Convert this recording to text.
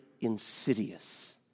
insidious